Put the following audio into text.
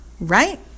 Right